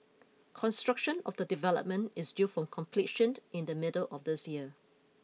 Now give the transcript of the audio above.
construction of the development is due for completion in the middle of this year